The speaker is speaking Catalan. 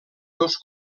dos